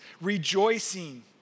rejoicing